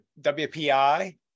WPI